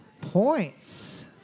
points